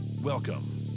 welcome